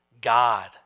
God